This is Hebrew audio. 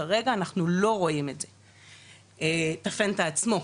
כרגע אנחנו לא רואים את זה את הפנטה עצמו.